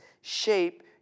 shape